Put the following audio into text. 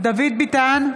דוד ביטן,